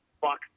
fuck